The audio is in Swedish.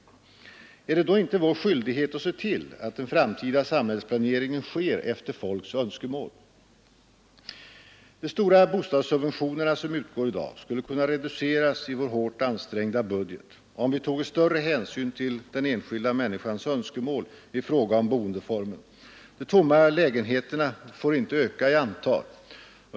Är det då inte vår skyldighet att se till att den framtida samhällsplaneringen sker efter folks önskemål? De stora bostadssubventionerna som utgår i dag skulle kunna reduceras i vår hårt ansträngda budget om vi toge större hänsyn till den enskilda människans önskemål i fråga om boendeformen. De tomma lägenheterna får inte öka i antal.